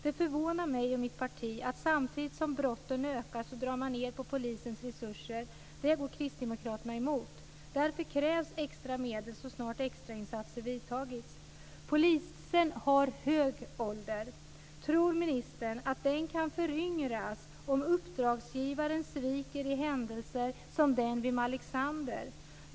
Det förvånar mig och mitt parti att samtidigt som brotten ökar i omfattning drar man ned på resurserna till polisen. Det är kristdemokraterna emot. Därför krävs extra medel så snart extrainsatser vidtagits. Medelåldern inom polisen är hög. Tror ministern att poliskåren kan föryngras om uppdragsgivaren sviker i händelser som den vid Malexander?